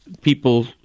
people